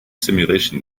simulation